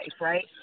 right